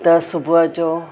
त सुबुह जो